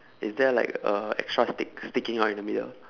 is there like a extra stick sticking out in the middle